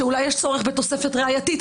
שאולי יש צורך בתוספת ראייתית.